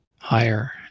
higher